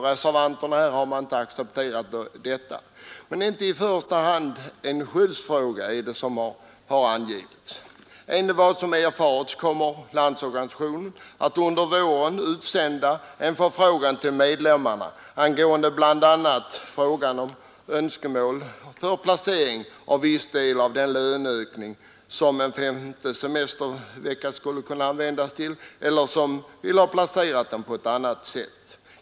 Reservanterna har inte accepterat detta. Enligt vad som erfarits kommer Landsorganisationen att under våren utsända en förfrågan till medlemmarna bl.a. om önskemål beträffande placeringen av en viss del av löneökningen — om den skall tas ut som en femte semestervecka eller placeras på annat sätt.